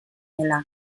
dela